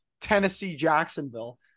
Tennessee-Jacksonville